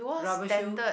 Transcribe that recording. rubble shoe